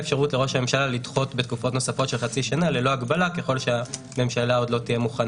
אין מגבלה על התקופות שאפשר לדחות את ההוראות שעוד לא פורסמו.